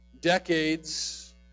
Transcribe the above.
decades